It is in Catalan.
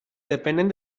depenen